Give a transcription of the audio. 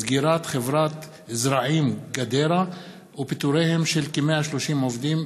סגירת חברת זרעים גדרה ופיטוריהם של כ-130 עובדים,